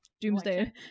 doomsday